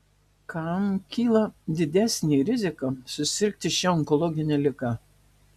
kam kyla didesnė rizika susirgti šia onkologine liga